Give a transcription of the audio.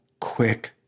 quick